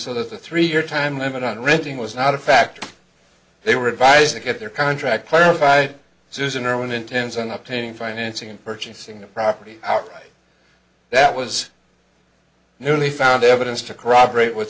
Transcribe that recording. the three year time limit on renting was not a factor they were advised to get their contract clarified susan irwin intends on up painting financing and purchasing the property outright that was newly found evidence to corroborate what